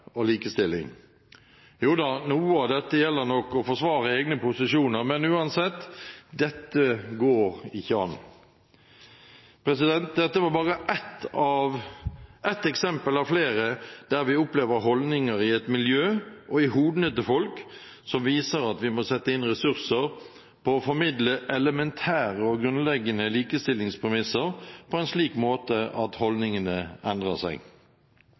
og likestilling! Joda, noe av dette gjelder nok å forsvare egne posisjoner, men uansett – dette går ikke an. Dette var bare ett eksempel av flere der vi opplever holdninger i et miljø og i hodet til folk som viser at vi må sette inn ressurser på å formidle elementære og grunnleggende likestillingspremisser på en slik måte at holdningene endrer seg.